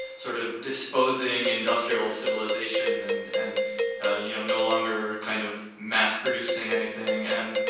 sort of disposing industrial civilization and and you know no longer kind of mass producing anything. and